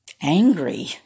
angry